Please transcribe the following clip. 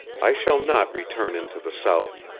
i shall not return into the south.